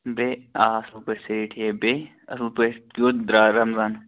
بیٚیہِ آ اَصٕل پٲٹھۍ سٲری ٹھیٖک بیٚیہِ اَصٕل پٲٹھۍ کٮُ۪تھ درٛاو رمضان